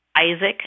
Isaac